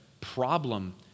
problem